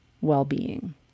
well-being